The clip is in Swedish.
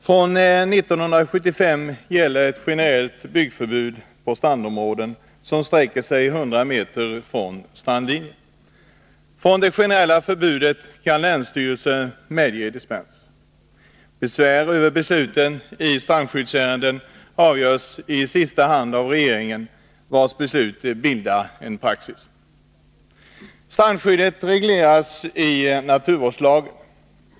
Från 1975 gäller ett generellt byggförbud på strandområden, och det sträcker sig 100 m från strandlinjen. Från det generella förbudet kan länsstyrelse medge dispens. Besvär över beslut i strandskyddsärende avgörs i sista hand av regeringen, vars beslut bildar praxis. Strandskyddet regleras i naturvårdslagen.